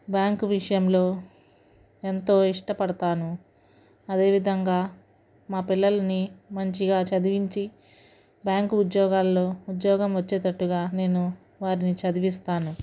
bank విషయంలో ఎంతో ఇష్టపడతాను అదేవిధంగా మా పిల్లలని మంచిగా చదివించి బ్యాంకు ఉద్యోగాల్లో ఉద్యోగం వచ్చేటట్టుగా నేను వారిని చదివిస్తాను